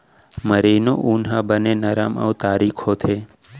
merino ऊन ह बने नरम अउ तारीक होथे